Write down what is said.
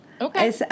Okay